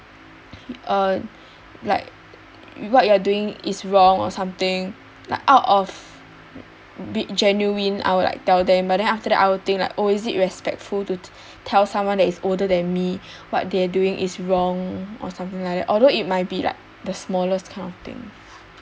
uh like what you are doing is wrong or something like out of bit genuine I would like tell them but then after that I will think like oh is it respectful to tell someone that is older than me what they're doing is wrong or something like that although it might be like the smallest kind of thing